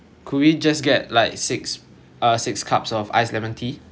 could we just get like six uh six cups of ice lemon tea